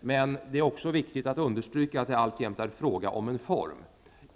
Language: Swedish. Men det är också viktigt att understryka att det alltjämt är fråga om just en form.